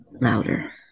louder